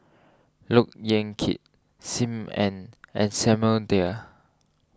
Look Yan Kit Sim Ann and Samuel Dyer